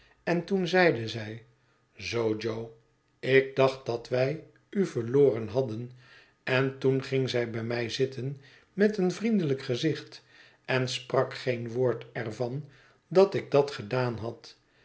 en toen zeide zij zoo jo ik dacht dat wij u verloren hadden en toen ging zij bij mij zitten met een vriendelijk gezicht en sprak geen woord er van dat ik dat gedaan had